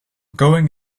going